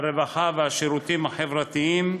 הרווחה והשירותים החברתיים,